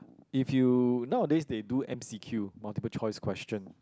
if you nowadays they do M_C_Q multiple choice question